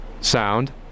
sound